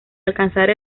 alcanzar